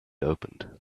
opened